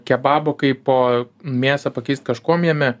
kebabo kaipo mėsą pakeist kažkuom jame